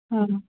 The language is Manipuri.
ꯑ